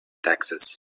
taxes